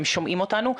הם שומעים אותנו.